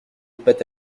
pâte